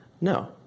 No